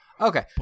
Okay